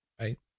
right